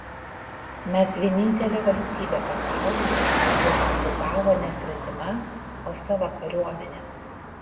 mes vienintelė valstybė pasaulyje kurią okupavo ne svetima o sava kariuomenė